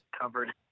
covered